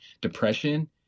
Depression